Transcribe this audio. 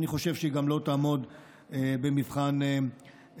ואני חושב שהיא גם לא תעמוד במבחן משפטי.